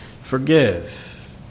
forgive